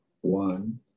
one